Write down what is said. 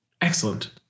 Excellent